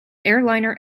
airliner